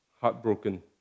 heartbroken